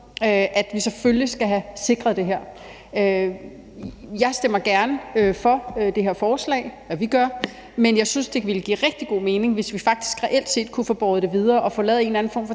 at vi selvfølgelig skal have sikret det her. Jeg og vi stemmer gerne for det her forslag, men jeg synes, det ville give rigtig god mening, hvis vi faktisk reelt set kunne få båret det videre og få lavet en eller anden form for